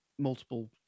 multiple